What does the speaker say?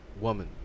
woman